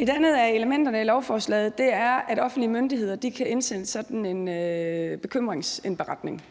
Et andet af elementerne i lovforslaget er, at offentlige myndigheder kan indsende sådan en bekymringsindberetning,